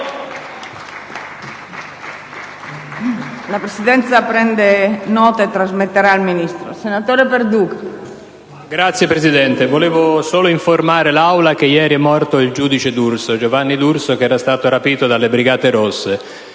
Signora Presidente, volevo solo informare l'Aula che ieri è morto il giudice Giovanni D'Urso che era stato rapito della Brigate rosse.